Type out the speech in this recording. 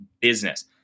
business